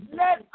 let